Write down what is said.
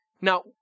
Now